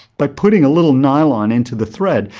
by putting a little nylon into the thread,